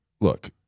look